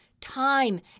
time